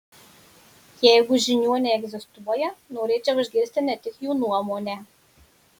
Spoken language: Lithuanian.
jeigu žiniuoniai egzistuoja norėčiau išgirsti ne tik jų nuomonę